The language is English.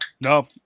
No